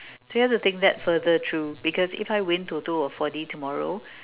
so you have to think that further through because if I win TOTO or four D tomorrow